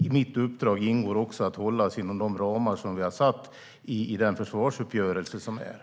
I mitt uppdrag ingår också att hålla sig inom de ramar som vi har satt i den försvarsuppgörelse som finns.